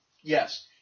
yes